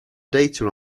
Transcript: data